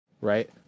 right